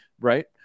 Right